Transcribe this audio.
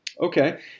Okay